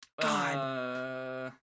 God